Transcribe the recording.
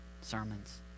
sermons